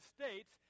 States